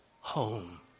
home